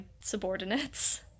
subordinates